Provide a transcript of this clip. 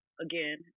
again